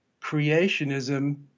creationism